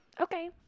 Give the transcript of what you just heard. okay